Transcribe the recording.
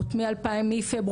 וגם פליליות.